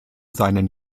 seinen